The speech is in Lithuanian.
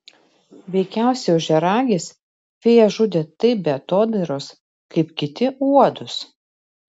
veikiausiai ožiaragis fėjas žudė taip be atodairos kaip kiti uodus